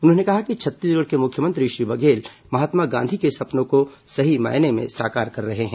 उन्होंने कहा कि छत्तीसगढ़ के मुख्यमंत्री श्री बघेल महात्मा गांधी के सपनों को सही मायने में साकार कर रहे हैं